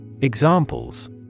Examples